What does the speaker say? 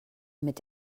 mit